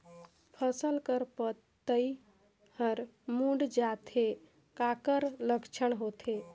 फसल कर पतइ हर मुड़ जाथे काकर लक्षण होथे?